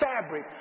fabric